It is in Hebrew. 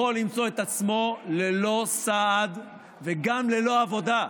יכול למצוא את עצמו ללא סעד וגם ללא עבודה.